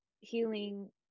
healing